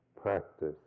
practice